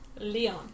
Leon